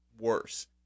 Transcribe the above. worse